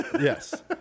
yes